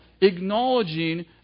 acknowledging